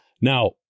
Now